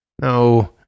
no